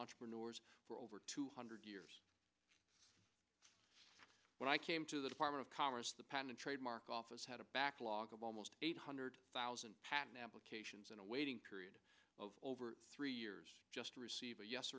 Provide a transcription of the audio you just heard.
entrepreneurs for over two hundred years when i came to the department of commerce the patent trademark office had a back log of almost eight hundred thousand patent applications in a waiting period of over three years just to receive a yes